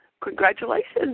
congratulations